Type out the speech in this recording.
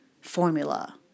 Formula